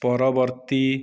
ପରବର୍ତ୍ତୀ